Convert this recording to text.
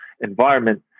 environment